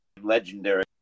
legendary